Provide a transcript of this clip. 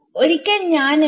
ഒരിക്കൽ ഞാൻ എന്റെ